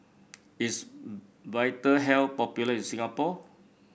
is Vitahealth popular in Singapore